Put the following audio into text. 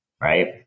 right